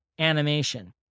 Animation